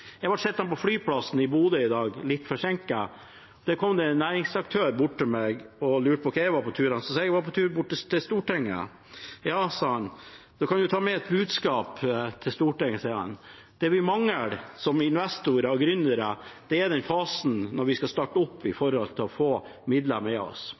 Jeg ble sittende på flyplassen i Bodø i dag, litt forsinket. Da kom det en næringsaktør bort til meg og lurte på hvor jeg var på tur hen. Jeg sa jeg var på tur til Stortinget. Ja, sa han, da kan du ta med et budskap til Stortinget: Det vi mangler som investorer og gründere, er å få midler med oss i den fasen når vi skal starte opp.